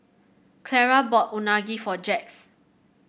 Clara bought Unagi for Jax